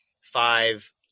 five